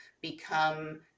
become